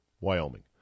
Wyoming